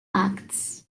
acts